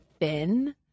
thin